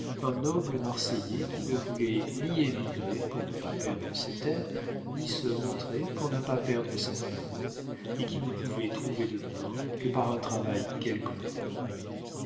un noble marseillais qui ne voulait ni émigrer pour ne pas perdre ses terres ni se montrer pour ne pas perdre sa tête et qui ne pouvait trouver de pain que par un travail quelconque